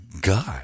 God